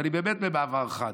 ואני באמת במעבר חד,